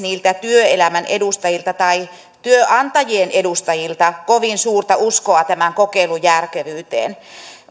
työelämän edustajilta tai työnantajien edustajilta kovin suurta uskoa tämän kokeilun järkevyyteen